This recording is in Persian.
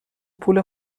پول